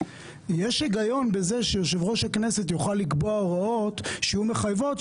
יש הגיון בזה שיושב ראש הכנסת יוכל לקבוע הוראות שיהיו מחייבות.